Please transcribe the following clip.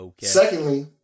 Secondly